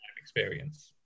experience